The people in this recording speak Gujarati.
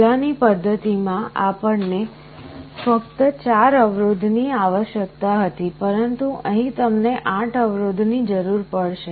પહેલાની પદ્ધતિ માં આપણને ફક્ત 4 અવરોધ ની આવશ્યકતા હતી પરંતુ અહીં તમને 8 અવરોધ ની જરૂર પડશે